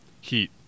heat